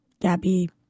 Gabby